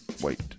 Wait